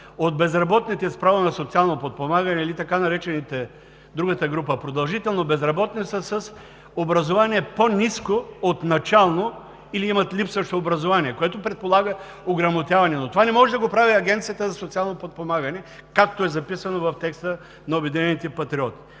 от безработните с право на социално подпомагане, или така наречените продължително безработни – другата група, са с образование, по-ниско от начално или имат липсващо образование, което предполага ограмотяване. Но това не може да го прави Агенцията за социално подпомагане, както е записано в текста на „Обединените патриоти“.